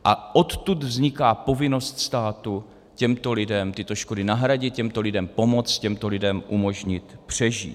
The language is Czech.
A odtud vzniká povinnost státu těmto lidem tyto škody nahradit, těmto lidem pomoct, těmto lidem umožnit přežít.